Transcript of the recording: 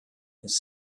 his